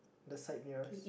the side mirrors